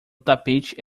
tapete